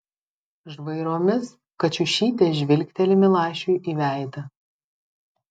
žvairomis kačiušytė žvilgteli milašiui į veidą